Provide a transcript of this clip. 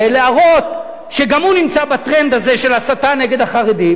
להראות שגם הוא נמצא בטרנד הזה של ההסתה נגד החרדים,